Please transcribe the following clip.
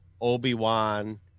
obi-wan